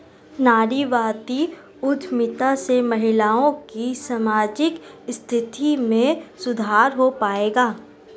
नारीवादी उद्यमिता से महिलाओं की सामाजिक स्थिति में सुधार हो पाएगा?